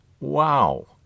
Wow